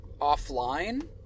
offline